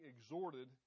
exhorted